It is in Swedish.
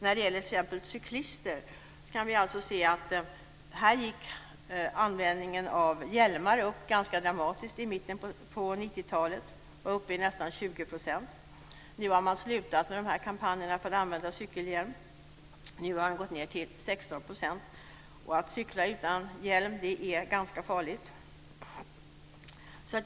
När det gäller t.ex. cyklister kunde vi se att användningen av hjälmar gick upp ganska dramatiskt i mitten på 90-talet och var uppe i nästan 20 %. Nu har man slutat med kampanjerna för att använda cykelhjälm, och användningen har gått ned till 16 %. Att cykla utan hjälm är ganska farligt.